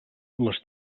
les